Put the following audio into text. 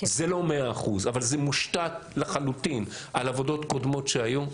זה לא מאה אחוז אבל זה מושתת לחלוטין על עבודות קודמות שהיו,